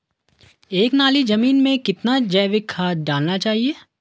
एक नाली जमीन में कितना जैविक खाद डालना चाहिए?